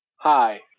Hi